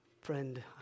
Friend